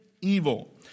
evil